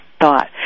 thought